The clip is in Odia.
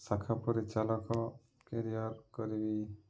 ଶାଖା ପରିଚାଲକ କ୍ୟାରିୟର୍ କରିବି